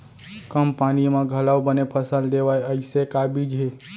कम पानी मा घलव बने फसल देवय ऐसे का बीज हे?